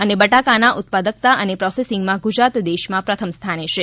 અને બટાકાના ઉત્પાદકતા અને પોસેસિંગમાં ગુજરાત દેશમાં પ્રથમ સ્થાને છે